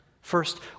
First